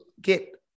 get